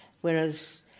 Whereas